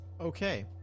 Okay